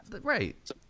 Right